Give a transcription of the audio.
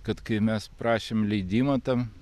kad kai mes prašėm leidimo tam